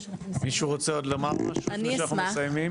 מישהו רוצה עוד לומר משהו לפני שאנחנו מסיימים?